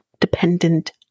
dependent